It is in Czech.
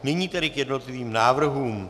Nyní tedy k jednotlivým návrhům.